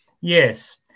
Yes